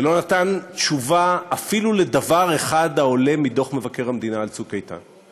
ולא נתן תשובה אפילו על דבר אחד העולה מדוח מבקר המדינה על "צוק איתן".